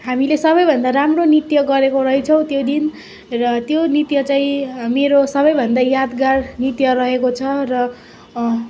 हामीले सबभन्दा राम्रो नृत्य गरेको रहेछौँ त्यो दिन र त्यो नृत्य चाहिँ मेरो सबभन्दा यादगार नृत्य रहेको छ र